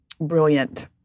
brilliant